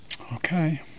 Okay